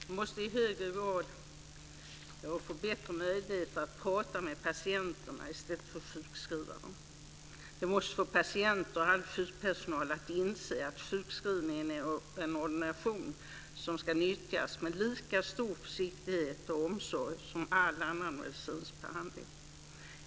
De måste få bättre möjligheter att prata med patienterna i stället för att sjukskriva dem. De måste få patienter och all sjukpersonal att inse att sjukskrivningen är en ordination som ska nyttjas med lika stor försiktighet och omsorg som all annan medicinsk behandling.